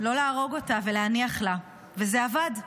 לא להרוג אותה ולהניח לה, וזה עבד.